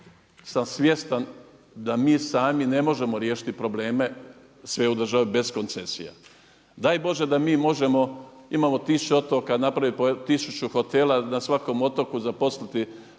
sam svjestan da mi sami ne možemo riješiti probleme sve u državi bez koncesija. Daj Bože da mi možemo, imamo tisuću otoka, napraviti po tisuću hotela, na svakom otoku zaposliti